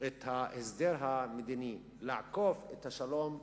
את ההסדר המדיני, לעקוף את השלום,